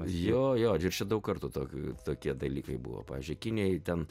jo jo ir čia daug kartų tokių tokie dalykai buvo pavyzdžiui kinijoj ten